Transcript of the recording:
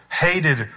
hated